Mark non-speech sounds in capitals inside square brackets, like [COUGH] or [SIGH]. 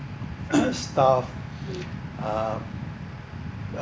[COUGHS] staff uh